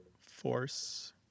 force